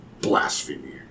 Blasphemy